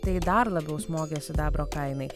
tai dar labiau smogė sidabro kainai